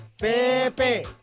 Pepe